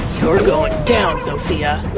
you're going down, sophia.